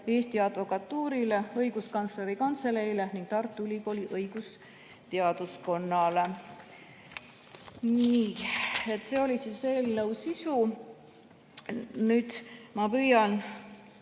Eesti Advokatuurile, Õiguskantsleri Kantseleile ning Tartu Ülikooli õigusteaduskonnale. Nii. See oli eelnõu sisu. Nüüd ma püüan